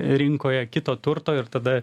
rinkoje kito turto ir tada